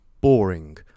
boring